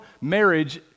marriage